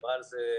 תקרא לזה,